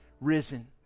risen